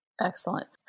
excellent